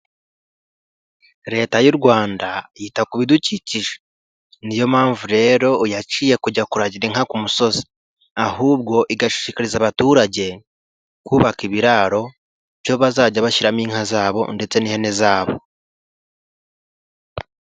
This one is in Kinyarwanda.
Leta y'u Rwanda yita ku bidukikije, ni yo mpamvu rero yaciye kujya kuragira inka ku musozi, ahubwo igashishikariza abaturage kubaka ibiraro byo bazajya bashyiramo inka zabo ndetse n'ihene zabo.